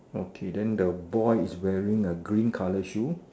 okay then the boy is wearing a green colour shoe